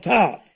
top